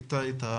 תודה שאת איתנו.